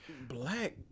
Black